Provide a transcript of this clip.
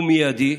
ומייד,